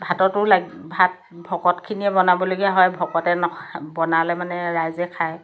ভাততো লাগ ভাত ভকতখিনিয়ে বনাবলগীয়া হয় ভকতে ন বনালে মানে ৰাইজে খায়